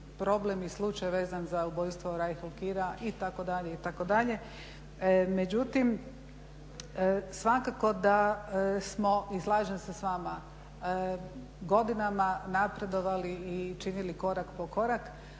problem i slučaj vezan za ubojstvo … itd., itd. Međutim, svakako da smo i slažem se s vama, godinama napredovali i činili korak po korak.